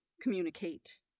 communicate